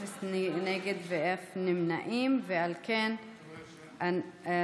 אפס נגד ואפס נמנעים, ועל כן החוק